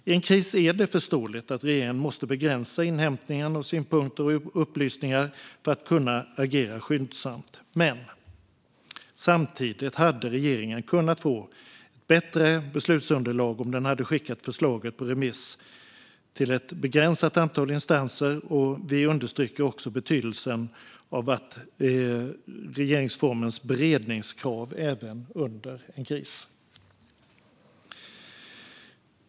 I en kris är det förståeligt att regeringen måste begränsa inhämtningen av synpunkter och upplysningar för att kunna agera skyndsamt, men samtidigt hade regeringen kunnat få bättre beslutsunderlag om den hade skickat förslaget på remiss till ett begränsat antal instanser. Vi understryker också betydelsen av regeringsformens beredningskrav även under en kris.